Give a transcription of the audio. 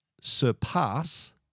surpass